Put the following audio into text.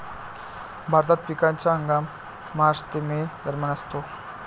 भारतात पिकाचा हंगाम मार्च ते मे दरम्यान असतो